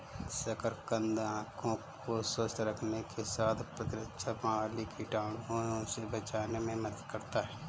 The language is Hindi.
शकरकंद आंखों को स्वस्थ रखने के साथ प्रतिरक्षा प्रणाली, कीटाणुओं से बचाने में मदद करता है